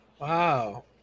Wow